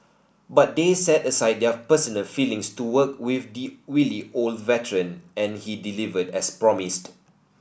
but they set aside their personal feelings to work with the wily old veteran and he delivered as promised